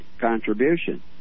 contribution